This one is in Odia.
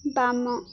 ବାମ